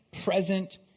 present